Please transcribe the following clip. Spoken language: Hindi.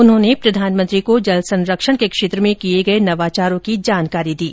उन्होंने प्रधानमंत्री को जल संरक्षण के क्षेत्र में किए गए नवाचारों की जानकारी दी